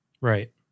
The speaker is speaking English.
Right